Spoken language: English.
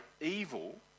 evil